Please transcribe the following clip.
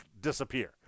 disappear